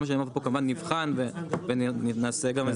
כל מה שאני אומר פה כמובן נבחן ונעשה איזושהי